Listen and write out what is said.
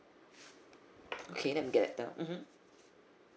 okay let me get that down mmhmm